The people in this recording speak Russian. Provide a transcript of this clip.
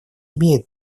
имеет